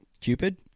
Cupid